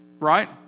Right